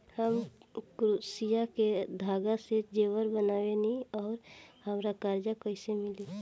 हम क्रोशिया के धागा से जेवर बनावेनी और हमरा कर्जा कइसे मिली?